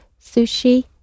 sushi